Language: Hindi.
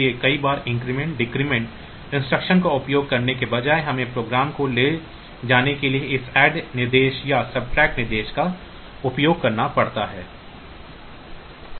इसलिए कई बार इंक्रीमेंट डिक्रीमेंट इंस्ट्रक्शन का उपयोग करने के बजाय हमें प्रोग्राम को ले जाने के लिए इस add निर्देश या सबट्रेक्ट इंस्ट्रक्शन का उपयोग करना पड़ता है